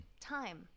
Time